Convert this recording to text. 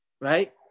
right